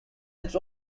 its